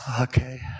Okay